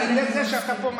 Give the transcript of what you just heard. בבקשה.